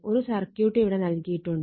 ഒരു സർക്യൂട്ട് ഇവിടെ നൽകിയിട്ടുണ്ട്